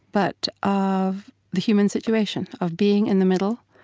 but of the human situation of being in the middle,